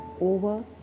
over